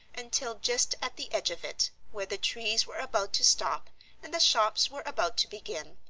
until just at the edge of it, where the trees were about to stop and the shops were about to begin,